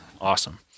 Awesome